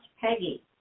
Peggy